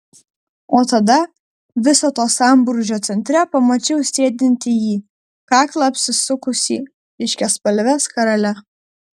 o tada viso to sambrūzdžio centre pamačiau sėdint jį kaklą apsisukusį ryškiaspalve skarele